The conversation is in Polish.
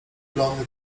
lony